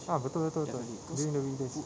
ah betul betul betul during the weekdays